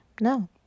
no